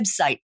website